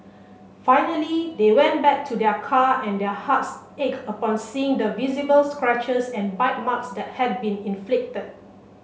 finally they went back to their car and their hearts ached upon seeing the visible scratches and bite marks that had been inflicted